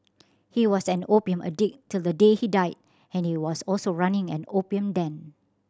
he was an opium addict till the day he died and he was also running an opium den